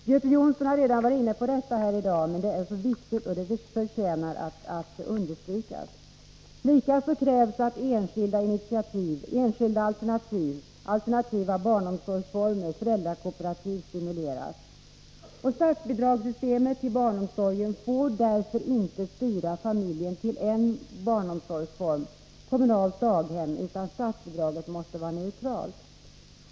Göte Jonsson har redan varit inne på detta i dag, men det är viktigt och det förtjänar att understrykas. Likaså krävs att enskilda alternativ, alternativa barnomsorgsformer och föräldrakooperativ, stimuleras. Statsbidragssystemet för barnomsorgen får därför inte styra familjen till en barnomsorgsform — kommunalt daghem — utan statsbidraget måste vara neutralt.